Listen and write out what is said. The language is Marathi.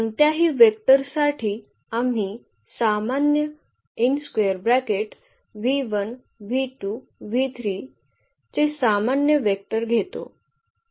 कोणत्याही वेक्टर साठी आम्ही सामान्य चे सामान्य वेक्टर घेतो